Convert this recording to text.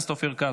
(תיקון מס' 2),